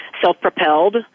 self-propelled